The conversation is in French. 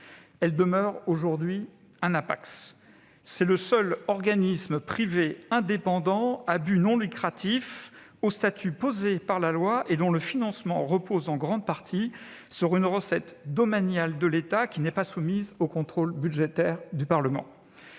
demeure aujourd'hui un hapax : c'est le seul organisme privé indépendant à but non lucratif dont le statut est fixé par la loi et dont le financement repose, en grande partie, sur une recette domaniale de l'État qui n'est pas soumise au contrôle budgétaire du Parlement.